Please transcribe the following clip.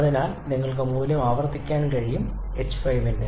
അതിനാൽ നിങ്ങൾക്ക് മൂല്യം ആവർത്തിക്കാൻ കഴിയും h5 ന്റെ